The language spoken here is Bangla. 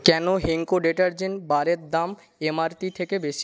কেন হেঙ্কো ডিটারজেন্ট বারের দাম এমআরপি থেকে বেশি